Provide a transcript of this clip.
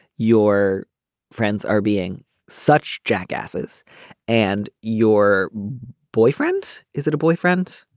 your friends are being such jackasses and your boyfriend is it a boyfriend.